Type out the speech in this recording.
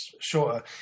shorter